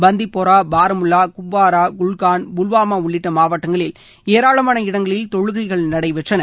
பந்திபோரா பாரமுல்வா குப்வாரா குல்கான் புல்வாமா உள்ளிட்ட மாவட்டங்களில் ஏராளமான இடங்களில் தொழுகைகள் நடைபெற்றள